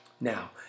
Now